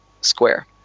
square